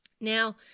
Now